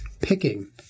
Picking